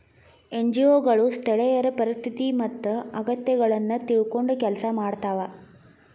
NGO ಗಳು ಸ್ಥಳೇಯರ ಪರಿಸ್ಥಿತಿ ಮತ್ತ ಅಗತ್ಯಗಳನ್ನ ತಿಳ್ಕೊಂಡ್ ಕೆಲ್ಸ ಮಾಡ್ತವಾ